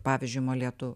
pavyzdžiui molėtų